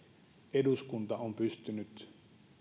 eduskunta on pystynyt